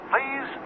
Please